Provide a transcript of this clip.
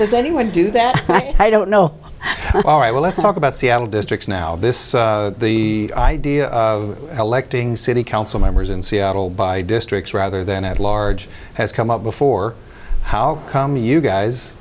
does anyone do that i don't know all right well let's talk about seattle districts now this the idea of electing city council members in seattle by districts rather than at large has come up before how come you guys